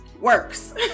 works